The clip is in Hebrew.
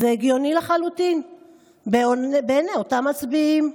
זה הגיוני לחלוטין בעיני אותם מצביעים.